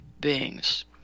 beings